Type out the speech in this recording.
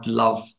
love